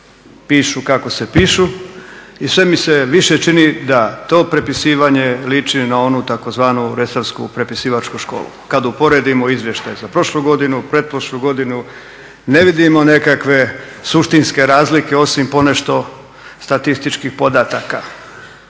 pišu kako se pišu i sve mi se više čini da to prepisivanje liči na onu tzv. resorsku prepisivačku školu. Kad uporedimo izvještaj za prošlu godinu, pretprošlu godinu ne vidimo nekakve suštinske razlike osim ponešto statističkih podataka